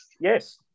Yes